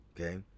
Okay